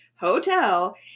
hotel